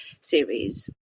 series